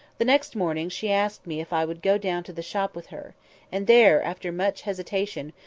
the next morning she asked me if i would go down to the shop with her and there, after much hesitation,